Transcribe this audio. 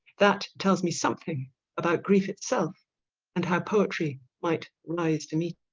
that tells me something about grief itself and how poetry might rise to meet